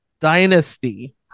Dynasty